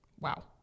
Wow